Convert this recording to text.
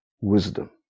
wisdom